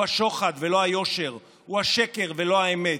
הוא השוחד ולא היושר, הוא השקר ולא האמת.